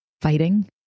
fighting